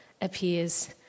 appears